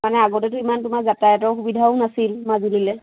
মানে আগতেতো ইমান তোমাৰ যাতায়াতৰ সুবিধাও নাছিল মাজুলীলৈ